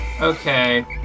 Okay